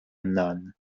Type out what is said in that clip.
none